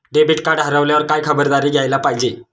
Debit card हरवल्यावर काय खबरदारी घ्यायला पाहिजे?